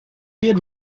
did